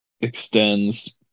extends